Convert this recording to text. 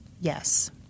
Yes